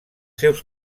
seus